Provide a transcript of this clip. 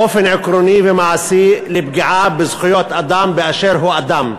באופן עקרוני ומעשי לפגיעה בזכויות אדם באשר הוא אדם.